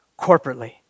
corporately